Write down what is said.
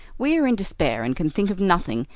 we are in despair, and can think of nothing,